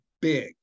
big